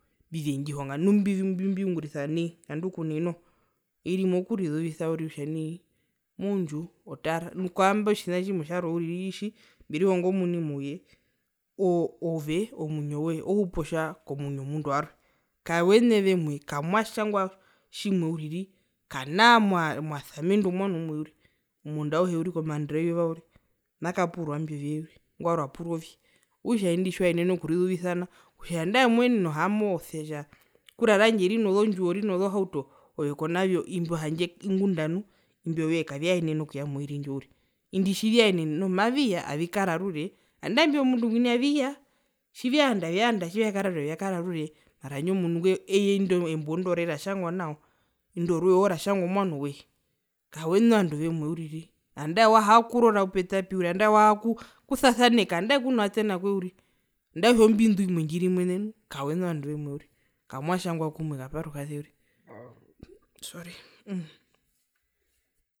Mbivendjihonga nu mbi mbiungurisa nai ngandu kunai noho, oiri imwe okurizuvisa kutja nai moundju otara kwamba otjina tjimwe tjarwe uriri itji mberihonga omuni mouye o oo ove omwinyo woye ohupu otja komwinyo womundu warwe kawene vemwe kamwatjangwa tjimwe uriri kanaa mwa mwasamendwa omwano umwe uriri omundu auhe uriri komaandero weyuva uriri makapurwa imbio vye uriri ingo warjwe apurwa ovye okutja indi tjiwaenene okurizuvisa nao kutja nandae moenene ohaama otja ekura randje rino zondjiwo rinozohauto ove konayo ingunda nu handje imbio vyoye kaviyaenena okuya moiri ndjo uriri indi tjivyaenene noho maviya avikara orure andae imbio vyomundu ngwina aviya tjivyaanda vyaanda tjivyakara orure vyakara orure mara handje omundu ngo eye inde mbondore ratjangwa nao indo roye oro ratjangwa owanowe kawene ovandu vemwe uriri nandae wahaa kurora pupetapi uriri nandae wahaa kusasaneka nandae kunovatena kwe uriri andae kutja ombindu imwe ndjiri mwene nu kawene ovandu vemwe uriri kamwatjangwa kumwe kaparukaze uriri sorry.